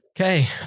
Okay